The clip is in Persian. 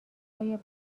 ایا